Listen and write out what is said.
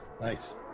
Nice